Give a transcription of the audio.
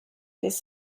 this